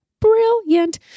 brilliant